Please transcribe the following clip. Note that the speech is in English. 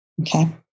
Okay